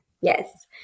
Yes